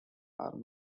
are